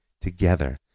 together